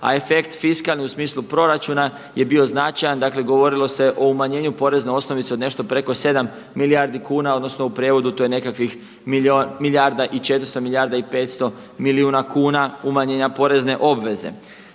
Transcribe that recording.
a efekt fiskalni u smislu proračuna je bio značajan. Dakle, govorilo se o umanjenju porezne osnovice od nešto preko 7 milijardi kuna, odnosno u prijevodu to je nekakvih milijarda i 400, milijarda i 500 milijuna kuna umanjenja porezne obveze.